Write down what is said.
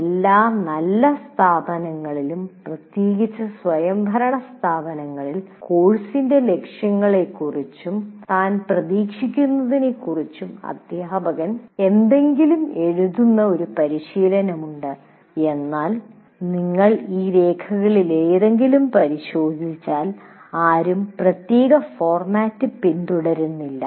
എല്ലാ നല്ല സ്ഥാപനങ്ങളിലും പ്രത്യേകിച്ച് സ്വയംഭരണ സ്ഥാപനങ്ങളിൽ കോഴ്സിന്റെ ലക്ഷ്യങ്ങളെക്കുറിച്ചും താൻ പ്രതീക്ഷിക്കുന്നതിനെക്കുറിച്ചും അധ്യാപകൻ എന്തെങ്കിലും എഴുതുന്ന ഒരു പരിശീലനമുണ്ട് എന്നാൽ നിങ്ങൾ ഈ രേഖകളിലേതെങ്കിലും പരിശോധിച്ചാൽ ആരും പ്രത്യേക ഫോർമാറ്റ് പിന്തുടരുന്നില്ല